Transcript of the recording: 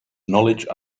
knowledge